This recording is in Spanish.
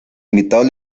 invitados